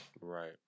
Right